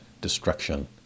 destruction